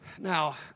Now